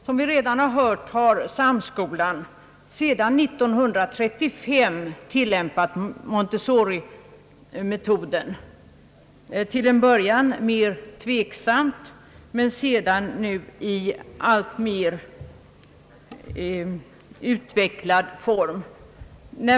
Som vi redan hört, har Samskolan sedan 1935 tillämpat Montessorimetoden, till en början mera tveksamt men sedan i alltmer utvecklad form.